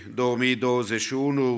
2021